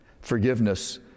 Forgiveness